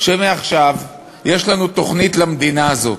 שמעכשיו יש לנו תוכנית למדינה הזאת,